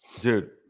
dude